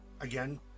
again